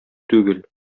түгел